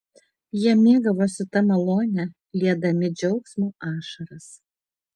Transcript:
jie mėgavosi ta malone liedami džiaugsmo ašaras